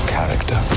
Character